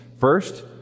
First